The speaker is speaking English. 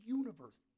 universe